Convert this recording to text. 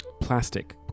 plastic